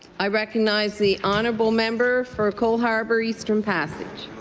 i recognize the honourable member for cole harbour eastern passage.